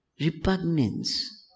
repugnance